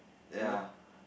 ya